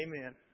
Amen